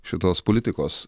šitos politikos